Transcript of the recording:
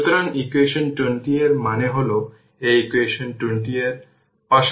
সুতরাং v C 1 i L এবং i L 2 ampere অতএব v C 2 ভোল্ট